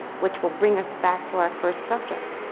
which will bring us back to our first subject.